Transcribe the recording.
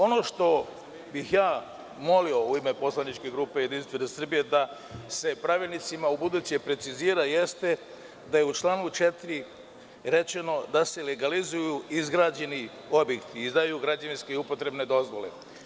Ono što bih molio u ime poslaničke grupe JS da se pravilnicima ubuduće precizira jeste da je u članu 4. rečeno da se legalizuju izrađeni objekti, izdaju građevinske i upotrebne dozvole.